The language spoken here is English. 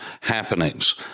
happenings